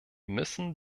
müssen